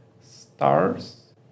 stars